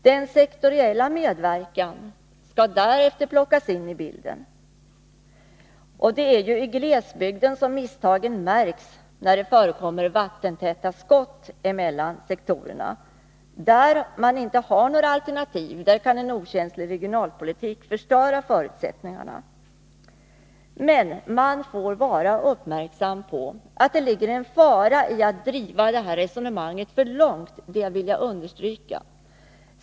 Den sektoriella medverkan skall därefter plockas in i bilden. Det är i glesbygden som misstagen märks när det förekommer vattentäta skott mellan sektorerna. Där man inte har några alternativ, kan en okänslig regionalpolitik förstöra förutsättningarna. Men man får vara uppmärksam på att det ligger en fara i att driva detta resonemang för långt — jag vill understryka det.